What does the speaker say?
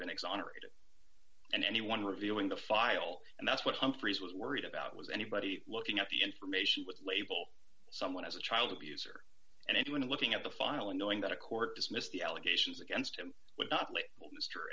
been exonerated and anyone reviewing the file and that's what humphrys was worried about was anybody looking up the information would label someone as a child abuser and anyone looking at the file and knowing that a court dismissed the allegations against him with